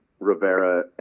Rivera